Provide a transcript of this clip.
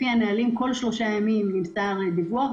לפי הנהלים כל שלושה ימים נמסר דיווח.